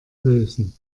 lösen